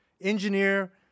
engineer